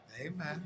Amen